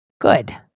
good